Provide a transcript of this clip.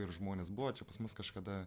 ir žmonės buvo čia pas mus kažkada